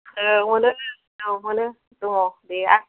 औ मोनो औ मोनो दङ गैया